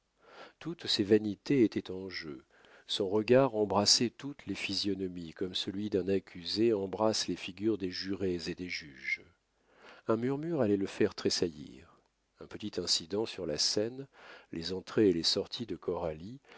toutes ses vanités étaient en jeu son regard embrassait toutes les physionomies comme celui d'un accusé embrasse les figures des jurés et des juges un murmure allait le faire tressaillir un petit incident sur la scène les entrées et les sorties de coralie